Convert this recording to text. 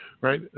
Right